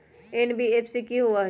NBFC कि होअ हई?